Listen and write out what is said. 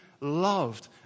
loved